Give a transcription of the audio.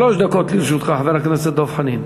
שלוש דקות לרשותך, חבר הכנסת דב חנין.